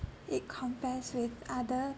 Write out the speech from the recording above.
it compares with other